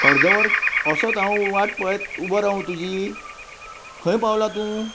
अर्दो वर असोत हांव वाट पळयत उबो रावूं तुजी खंय पावला तूं